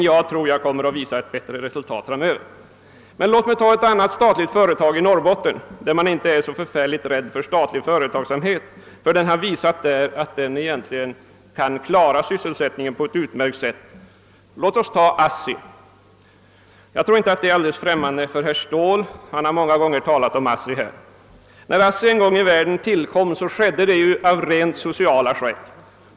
Jag tror att NJA kommer att visa ett bättre resultat framöver. Låt oss emellertid ta ett annat statligt företag i Norrbotten, där man inte är så rädd för statlig företagsamhet, eftersom den visat att den egentligen kan klara sysselsättningen på ett utmärkt sätt. Låt oss ta ASSI. Jag tror inte att ASSI är helt främmande för herr Ståhl, som många gånger har talat om ASSI här i kammaren. När ASSI en gång i världen tillkom skedde det av rent sociala skäl.